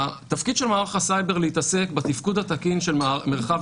התפקיד של מערך הסייבר להתעסק בתפקוד התקין של מרחב